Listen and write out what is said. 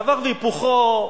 דבר והיפוכו,